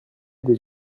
des